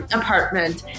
apartment